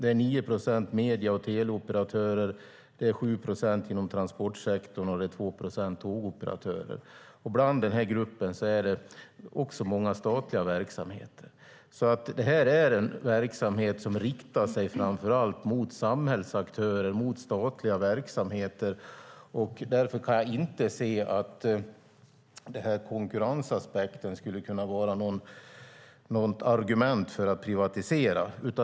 Det är 9 procent medie och teleoperatörer, 7 procent inom transportsektorn och 2 procent tågoperatörer. I den gruppen finns många statliga verksamheter. Det är en verksamhet som framför allt riktar sig till samhällsaktörer, till statliga verksamheter, och därför kan jag inte se att konkurrensaspekten skulle vara något argument för att privatisera.